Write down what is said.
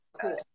Cool